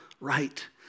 right